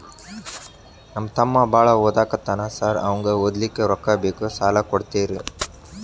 ನಮ್ಮ ತಮ್ಮ ಬಾಳ ಓದಾಕತ್ತನ ಸಾರ್ ಅವಂಗ ಓದ್ಲಿಕ್ಕೆ ರೊಕ್ಕ ಬೇಕು ಸಾಲ ಕೊಡ್ತೇರಿ?